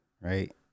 Right